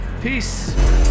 Peace